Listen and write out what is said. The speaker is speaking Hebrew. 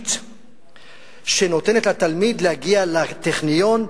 תשתית שנותנת לתלמיד להגיע לטכניון,